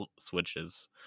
switches